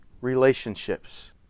relationships